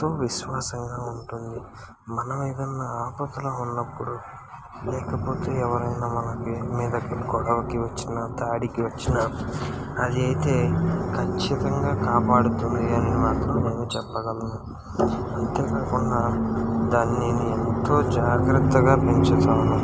అది ఎంతో విశ్వాసంగా ఉంటుంది మనం ఏదన్నా ఆపదలో వున్నప్పుడు లేకపోతే ఎవరన్నా మనకి మీదకి గొడవకి వచ్చినా దాడికి వచ్చినా అది అయితే కచ్చితంగా కాపాడుతుంది అనేది మాత్రం నేను చెప్పగలను అంతే కాకుండా దానిని నేను ఎంతో జాగ్రతగా పెంచుతాను